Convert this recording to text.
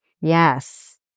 Yes